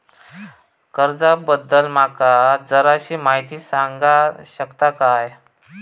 कर्जा बद्दल माका जराशी माहिती सांगा शकता काय?